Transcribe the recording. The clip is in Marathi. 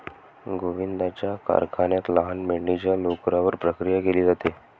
गोविंदाच्या कारखान्यात लहान मेंढीच्या लोकरावर प्रक्रिया केली जाते